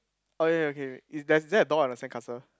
oh ya ya okay wait is there there a door on the sand castle